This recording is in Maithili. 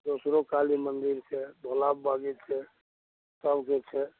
दोसरो काली मन्दिर छै भोलाबाबा भी छै सब किछु छै